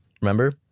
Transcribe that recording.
Remember